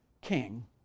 king